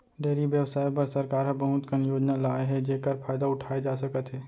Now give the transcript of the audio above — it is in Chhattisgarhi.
डेयरी बेवसाय बर सरकार ह बहुत कन योजना लाए हे जेकर फायदा उठाए जा सकत हे